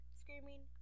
screaming